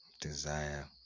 desire